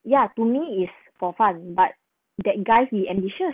ya to me is for fun but that guy he ambitious